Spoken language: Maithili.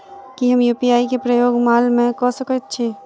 की हम यु.पी.आई केँ प्रयोग माल मै कऽ सकैत छी?